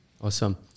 Awesome